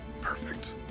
Perfect